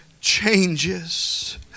changes